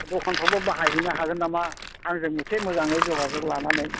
दखानफ्रावबो बाहाइ हैनो हागोन नामा आंजों एसे मोजाङै जगाजग लानानै